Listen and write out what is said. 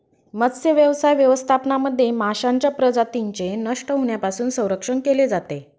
मत्स्यव्यवसाय व्यवस्थापनामध्ये माशांच्या प्रजातींचे नष्ट होण्यापासून संरक्षण केले जाते